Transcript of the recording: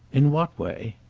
in what way?